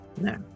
No